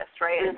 right